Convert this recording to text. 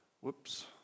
Whoops